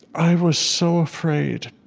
i was so afraid